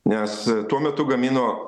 nes tuo metu gamino